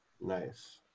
nice